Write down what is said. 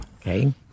okay